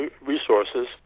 resources